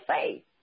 faith